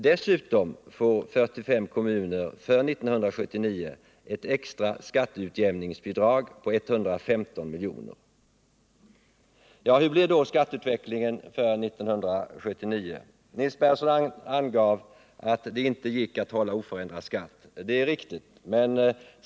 Dessutom får 45 kommuner för 1979 ett extra skatteutjämningsbidrag på 115 miljoner. Men hur blir då skatteutvecklingen för 1979? Nils Berndtson angav att det inte går att hålla oförändrad skatt. Det är riktigt.